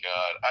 God